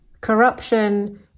Corruption